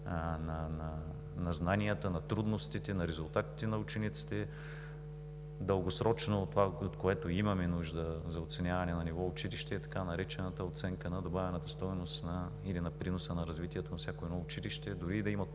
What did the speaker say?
на знанията, на трудностите, на резултатите на учениците. Дългосрочно това, от което имаме нужда за оценяване на ниво училище, е така наречената оценка на добавената стойност или на приноса на развитието на всяко едно училище. Дори да има